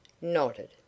Nodded